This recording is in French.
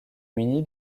muni